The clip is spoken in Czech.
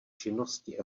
činnosti